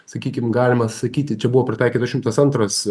sakykim galima sakyti čia buvo pritaikytas šimtas antras